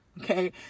Okay